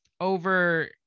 over